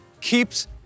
Keeps